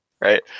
right